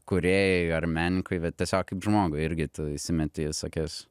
kūrėjui ar menininkui bet tiesiog kaip žmogui irgi įsimeti į visokias